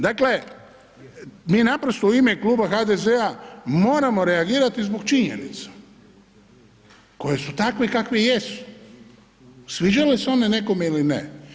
Dakle, mi naprosto u ime Kluba HDZ-a moramo reagirati zbog činjenica koje su takve kakve jesu, sviđale se one nekome ili ne.